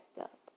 up